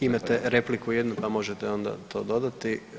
Imate repliku jednu pa možete onda to dodati.